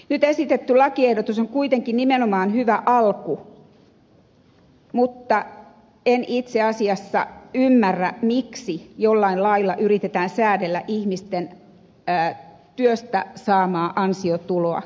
nyt esitetty lakiehdotus on kuitenkin nimenomaan hyvä alku mutta en itse asiassa ymmärrä miksi jollain lailla yritetään säädellä ihmisten työstä saamaa ansiotuloa yleensäkään